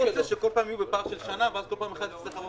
בוקר טוב לכולם.